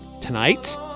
tonight